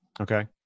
Okay